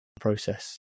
process